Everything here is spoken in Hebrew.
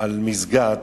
על מסגד.